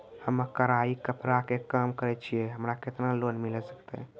हम्मे कढ़ाई कपड़ा के काम करे छियै, हमरा केतना लोन मिले सकते?